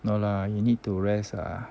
no lah you need to rest lah